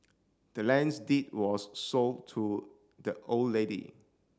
the land's deed was sold to the old lady